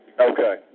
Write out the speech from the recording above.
Okay